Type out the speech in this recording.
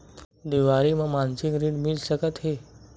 देवारी म मासिक ऋण मिल सकत हे?